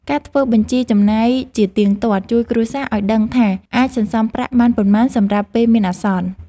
ការធ្វើបញ្ជីចំណាយជាទៀងទាត់ជួយគ្រួសារឲ្យដឹងថាអាចសន្សំប្រាក់បានប៉ុន្មានសម្រាប់ពេលមានអាសន្ន។